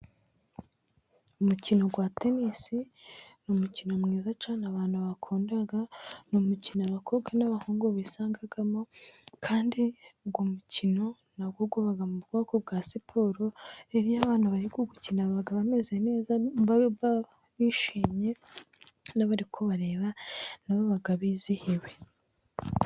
Umukino wa tenisi, ni umukino mwiza cyane abantu bakunda, ni umukino abakobwa n'abahungu bisangamo, kandi uwo mukino nawo uba mu bwoko bwa siporo, rero iyo abantu bari kuwukina biba bimeze neza, kubera yuko baba bishimye, n'abari kubareba nabo baba bizihiwe.